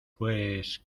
pues